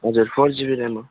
हजुर four GB RAM हो